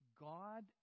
God